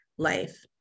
life